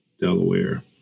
Delaware